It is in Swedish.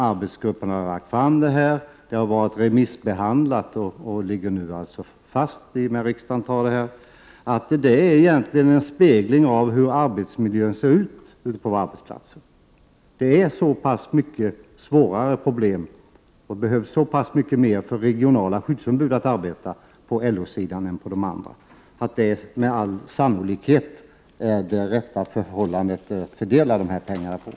Arbetsgruppen har lagt fram detta förslag, och det har varit remissbehandlat och ligger alltså fast när riksdagen godtar det. Dessa siffror är en spegling av hur arbetsmiljön egentligen ser ut på arbetsplatserna. Det är så pass mycket svårare problem och det behövs mer för de regionala skyddsombuden att arbeta med på LO-sidan än för de andra organisationerna. Det är med all sannolikhet rätt att fördela pengarna så.